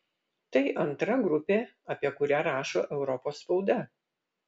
tai antra grupė apie kurią rašo europos spauda